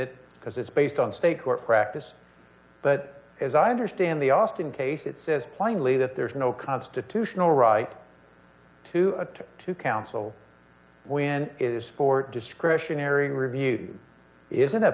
it because it's based on state court practice but as i understand the austin case it says plainly that there is no constitutional right to attempt to counsel when it is for discretionary reviewed isn't